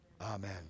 Amen